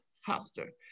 faster